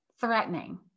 threatening